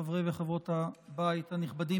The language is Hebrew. חברי וחברות הבית הנכבדים,